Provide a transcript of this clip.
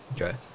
Okay